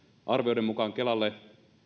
arvioiden mukaan kelalle